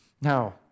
now